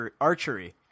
archery